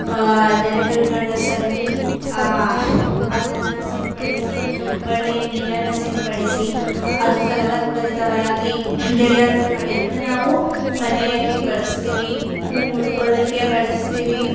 ದನಕರುಗಳ ಸಗಣಿ ಅದನ್ನು ಸಿಂಪಡಿಸಿ ಒಳ್ಳೆಯ ನೀರನ್ನು ಸಿಂಪಡಿಸಿ ಅದು ಫಲವತ್ಭರಿತವಾಗಿ ಬೆಳೆಯುವಂತೆ ಮಾಡಿ ಅದನ್ನ ನಾವು ಮನೆಯಲ್ಲಿ ಬಳಸ್ತೀವಿ ಹೂ ಮುಡ್ಕೊಳ್ಳೋಕ್ಕೆ ಬಳಸ್ತೀವಿ